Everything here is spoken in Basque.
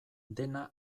dena